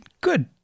good